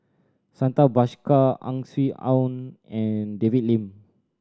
Santha Bhaskar Ang Swee Aun and David Lim